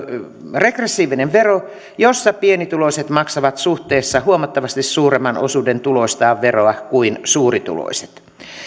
regressiivinen vero jossa pienituloiset maksavat veroa suhteessa huomattavasti suuremman osuuden tuloistaan kuin suurituloiset